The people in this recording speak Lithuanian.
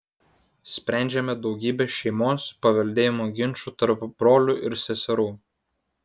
sprendžiame daugybę šeimos paveldėjimo ginčų tarp brolių ir seserų